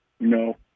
No